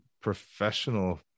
professional